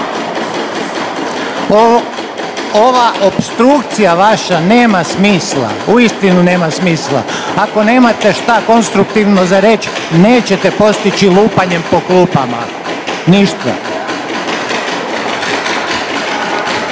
ova opstrukcija vaša nema smisla, uistinu nema smisla. Ako nemate šta konstruktivno za reć, nećete postići lupanjem po klupama ništa. Može,